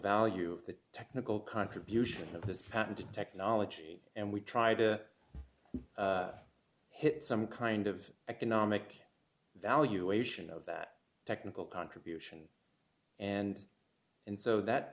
value of the technical contribution of this patented technology and we try to hit some kind of economic valuation of that technical contribution and and so that